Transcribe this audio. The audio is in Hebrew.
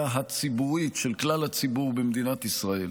הציבורית של כלל הציבור במדינת ישראל.